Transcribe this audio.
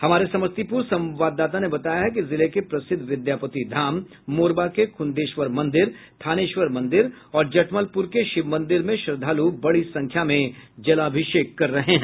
हमारे समस्तीपूर संवाददाता ने बताया है कि जिले के प्रसिद्ध विद्यापति धाम मोरबा के खुन्देश्वर मंदिर थानेश्वर मंदिर और जटमलपुर के शिव मंदिर में श्रद्धालु बड़ी संख्या में जलाभिषेक कर रहे हैं